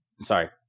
sorry